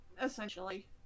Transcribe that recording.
Essentially